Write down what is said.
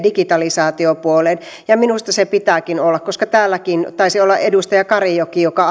ja digitalisaatiopuoleen ja minusta niin pitääkin olla koska täälläkin taisi olla edustaja karimäki joka